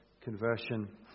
conversion